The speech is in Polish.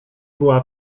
była